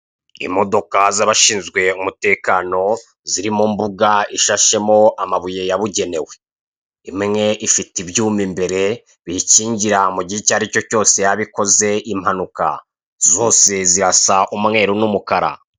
Imodoka z'abashinzwe umutekano, ziri mu mbuga isashemo amabuye yabugenewe, imwe ifite ibyuma imbere, biyikingira mu gihe icyo ari cyo cyose yaba ikoze impanuka. Zose zirasa umweru n'umukara.